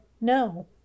no